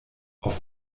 auf